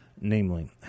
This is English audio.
namely